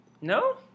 No